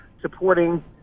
supporting